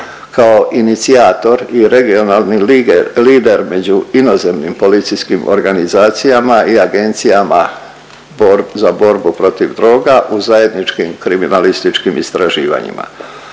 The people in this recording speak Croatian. kao inicijator i regionalni lider među inozemnim policijskim organizacijama i agencijama za borbu protiv droga u zajedničkim kriminalističkim istraživanjima.